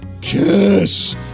Kiss